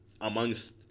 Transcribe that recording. amongst